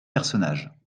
personnages